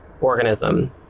organism